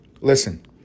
Listen